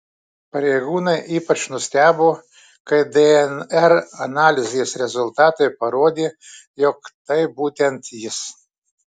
pareigūnai ypač nustebo kai dnr analizės rezultatai parodė jog tai būtent jis